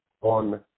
on